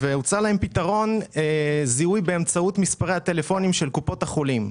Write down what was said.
והוצע להם פתרון זיהוי באמצעות מספרי הטלפונים של קופות החולים.